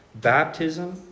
Baptism